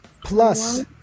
plus